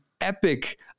epic